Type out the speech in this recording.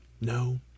no